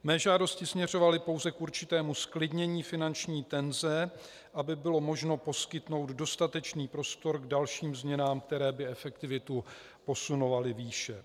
Mé žádosti směřovaly pouze k určitému zklidnění finanční tenze, aby bylo možno poskytnout dostatečný prostor k dalším změnám, které by efektivitu posunovaly výše.